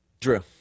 Drew